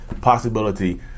possibility